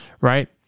right